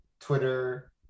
Twitter